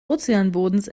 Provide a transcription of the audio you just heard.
ozeanbodens